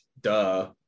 duh